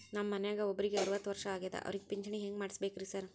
ನಮ್ ಮನ್ಯಾಗ ಒಬ್ರಿಗೆ ಅರವತ್ತ ವರ್ಷ ಆಗ್ಯಾದ ಅವ್ರಿಗೆ ಪಿಂಚಿಣಿ ಹೆಂಗ್ ಮಾಡ್ಸಬೇಕ್ರಿ ಸಾರ್?